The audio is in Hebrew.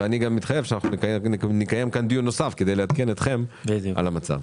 ואני גם מתחייב שאנחנו נקיים כאן דיון נוסף כדי לעדכן אתכם על המצב.